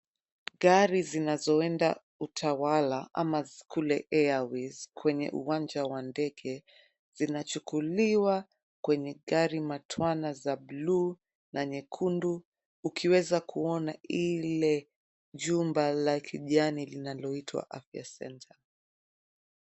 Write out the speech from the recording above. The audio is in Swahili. Gari zinazoenda [cs[]Utawala ama kule airways kwenye uwanja wa ndege. Zinachukuliwa kwenye gari matwala za bluu na nyekundu ukiweza kuona ile jumba la kijani linaloitwa Afy center .